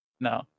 no